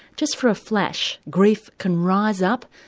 just for a flash, grief can rise up,